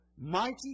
Mighty